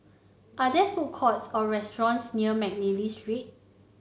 are there food courts or restaurants near McNally Street